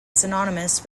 synonymous